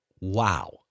Wow